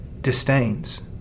disdains